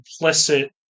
implicit